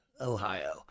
Ohio